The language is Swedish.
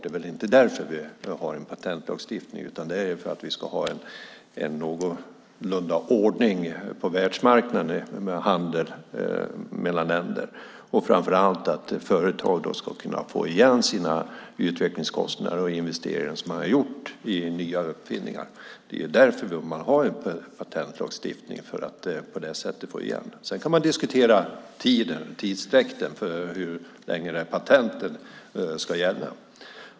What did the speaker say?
Det är väl inte därför vi har patentlagstiftning utan för att vi ska ha någorlunda ordning på världsmarknaden med handel mellan länder och framför allt för att företag ska kunna få igen utvecklingskostnader och investeringar som de har gjort i nya uppfinningar. Vi har en patentlagstiftning för att man på det sättet ska få igen det. Man kan diskutera hur länge ett patent ska gälla.